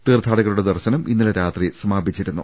തീർഥാടകരുടെ ദർശനം ഇന്നലെ രാത്രി സമാപിച്ചിരുന്നു